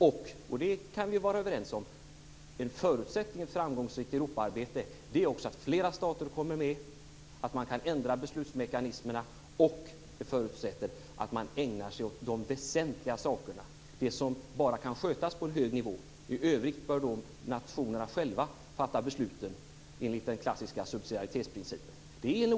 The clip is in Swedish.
Och en förutsättning för ett framgångsrikt Europaarbetet - och det kan vi vara överens om - är att fler stater kommer med och att man kan ändra beslutsmekanismerna. Det förutsätter dessutom att man ägnar sig åt de väsentliga sakerna - det som bara kan skötas på en hög nivå. I övrigt bör nationerna själva fatta besluten enligt den klassiska subsidiaritetsprincipen.